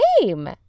name